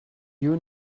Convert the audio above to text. you